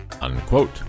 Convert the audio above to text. unquote